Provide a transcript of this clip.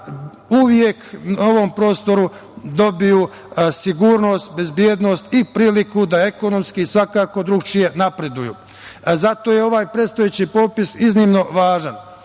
uvek na ovom prostoru dobiju sigurnost, bezbednost i priliku da ekonomski i svakako drugačije napreduju. Zato je ovaj prestojeći popis iznimno važan